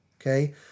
Okay